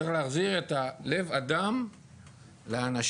צריך להחזיר את הלב אדם לאנשים.